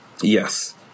Yes